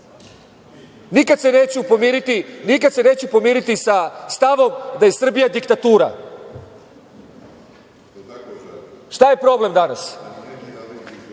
nikad se neću pomiriti sa stavom da je Srbija diktatura. Šta je problem danas?